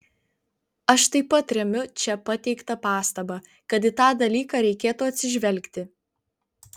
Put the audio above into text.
aš taip pat remiu čia pateiktą pastabą kad į tą dalyką reikėtų atsižvelgti